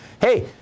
hey